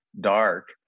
dark